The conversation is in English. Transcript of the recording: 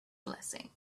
blessing